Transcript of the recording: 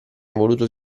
evoluto